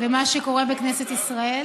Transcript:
במה שקורה בכנסת ישראל.